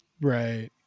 Right